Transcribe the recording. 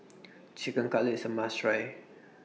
Chicken Cutlet IS A must Try